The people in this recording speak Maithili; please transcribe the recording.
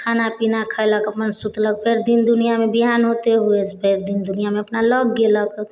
खाना पीना खैलक अपन सुतलक फेर दिन दुनिआमे बिहान हेतै हुएसँ फेर दिन दुनिआमे अपन लग गेलक